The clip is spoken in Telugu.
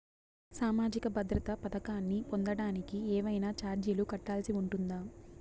సామాజిక భద్రత పథకాన్ని పొందడానికి ఏవైనా చార్జీలు కట్టాల్సి ఉంటుందా?